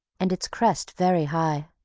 and its crest very high.